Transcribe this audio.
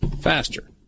faster